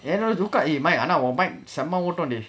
என்னோட:ennoda joke ah bike eh ஆனா வொ:annaa vo bike செம்ம ஓடொன்:semme odon [deh]